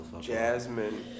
Jasmine